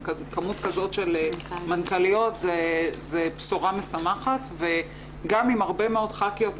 כמות כזאת של מנכ"ליות זה בשורה משמחת וגם עם הרבה מאוד ח"כיות מהשטח.